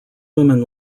women